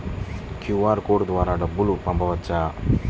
QR code ద్వారా డబ్బులు పంపవచ్చా?